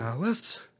Alice